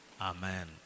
Amen